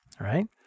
right